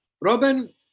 Robin